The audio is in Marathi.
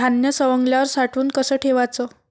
धान्य सवंगल्यावर साठवून कस ठेवाच?